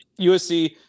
usc